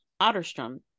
Otterstrom